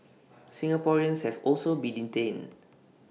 Singaporeans have also been detained